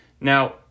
Now